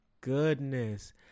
goodness